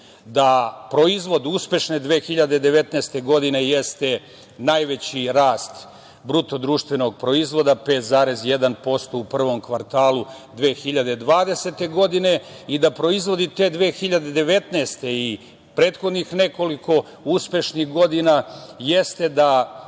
da proizvod uspešne 2019. godine jeste najveći rast BDP 5,1% u prvom kvartalu 2020. godine i da proizvodi te 2019. i prethodnih nekoliko uspešnih godina jeste da